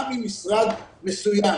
גם אם משרד מסוים